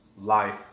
life